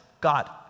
God